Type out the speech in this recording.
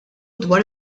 dwar